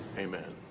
amen.